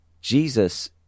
Jesus